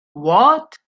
what